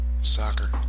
Soccer